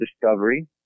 discovery